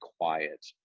quiet